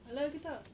halal ke tak